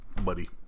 Buddy